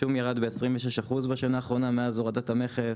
השום ירד ב-26% בשנה האחרונה מאז הורדת המכס,